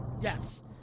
yes